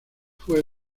fue